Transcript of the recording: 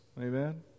Amen